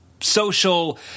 social